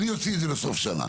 אני אוציא את זה בסוף השנה,